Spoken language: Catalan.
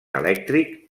elèctric